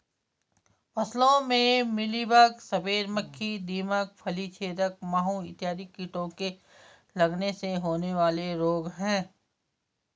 फसलों में मिलीबग, सफेद मक्खी, दीमक, फली छेदक माहू इत्यादि कीटों के लगने से होने वाले रोग हैं